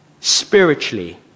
spiritually